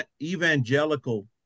evangelical